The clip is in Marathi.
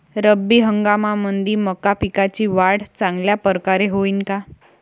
रब्बी हंगामामंदी मका पिकाची वाढ चांगल्या परकारे होईन का?